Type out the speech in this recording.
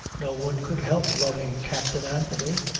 no one could help loving captain anthony.